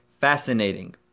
fascinating